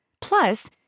Plus